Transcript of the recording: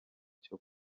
cyo